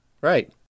right